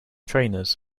trainers